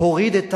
הוריד את